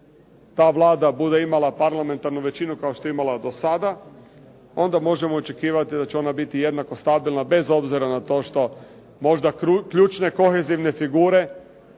ta Vlada bude imala parlamentarnu većinu kao što je imala do sada onda možemo očekivati da će ona biti jednako stabilna bez obzira na to što možda ključne kohezivne figure